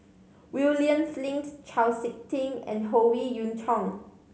William Flint Chau Sik Ting and Howe Yoon Chong